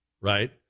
right